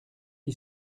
qui